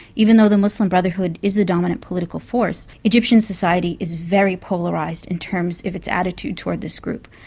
even though the muslim brotherhood is a dominant political force, egyptian society is very polarised in terms of its attitude toward this group.